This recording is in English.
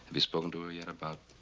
you spoken to her yet about?